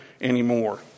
anymore